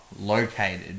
located